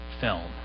film